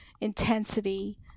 intensity